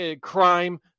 crime